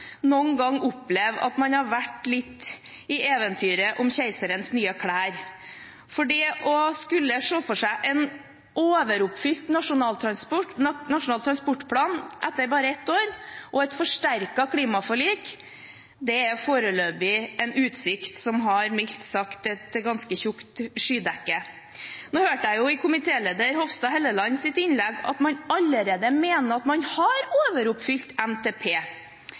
noen ganger oppleve at man har vært litt i eventyret om keiserens nye klær, for det å skulle se for seg en overoppfylt nasjonal transportplan etter bare ett år og et forsterket klimaforlik er foreløpig en utsikt med, mildt sagt, et ganske tykt skydekke. Nå hørte jeg i komitéleder Hofstad Hellelands innlegg at man allerede mener at man har overoppfylt NTP.